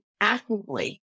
actively